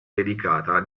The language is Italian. dedicata